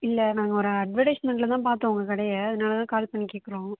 இல்லை நாங்கள் ஒரு அட்வர்டைஸ்மண்ட்டில் தான் பார்த்தோம் உங்கள் கடையை அதனால தான் கால் பண்ணி கேட்குறோம்